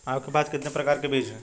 आपके पास कितने प्रकार के बीज हैं?